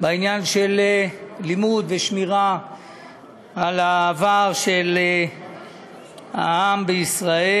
בעניין של לימוד ושמירה על העבר של העם בישראל,